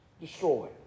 Destroy